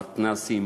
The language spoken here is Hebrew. המתנ"סים,